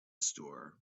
store